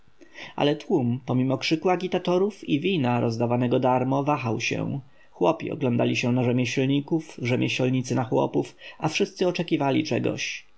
ale tłum pomimo krzyku agitatorów i wina rozdawanego darmo wahał się chłopi oglądali się na rzemieślników rzemieślnicy na chłopów a wszyscy oczekiwali czegoś